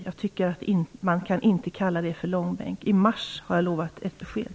Jag tycker inte att man kan kalla det för att dra frågan i långbänk. I mars har jag lovat ett besked.